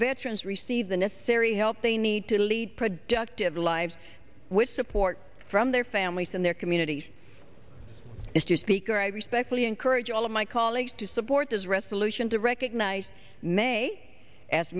veterans receive the necessary help they need to lead productive lives with support from their families and their communities is to speak or i respectfully encourage all of my colleagues to support this resolution to recognize may as